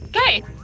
Okay